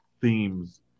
themes